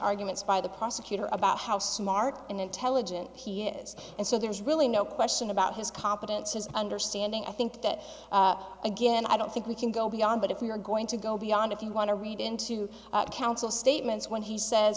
arguments by the prosecutor about how smart and intelligent he is and so there's really no question about his competence his understanding i think that again i don't think we can go beyond that if we're going to go beyond if you want to read into counsel statements when he says